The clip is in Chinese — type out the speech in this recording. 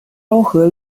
昭和